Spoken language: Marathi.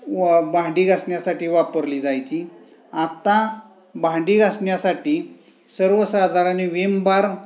व भांडी घासण्यासाठी वापरली जायची आत्ता भांडी घासण्यासाठी सर्वसाधारण विम बार